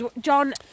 John